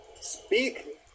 speak